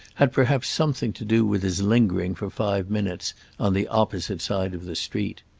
had perhaps something to do with his lingering for five minutes on the opposite side of the street.